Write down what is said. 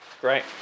Great